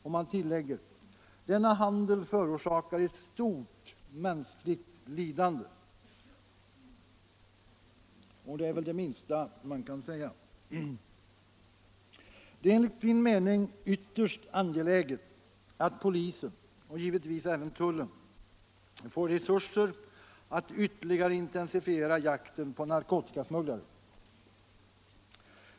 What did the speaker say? Och man tillägger: Denna handel förorsakar ett stort mänskligt lidande. Det är enligt min mening ytterst angeläget att polisen och givetvis även tullen får resurser för att ytterligare intensifiera jakten på narkotikasmugglare.